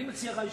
אני מציע לך,